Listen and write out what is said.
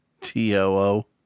T-O-O